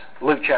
Luke